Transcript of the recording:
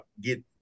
get